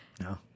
No